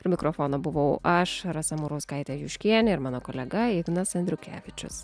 prie mikrofono buvau aš rasa murauskaitė juškienė ir mano kolega ignas andriukevičius